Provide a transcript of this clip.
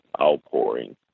outpouring